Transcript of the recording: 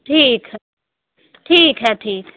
ठीक है ठीक है ठीक